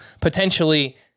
potentially